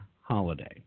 holiday